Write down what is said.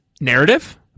narrative